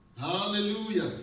Hallelujah